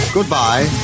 Goodbye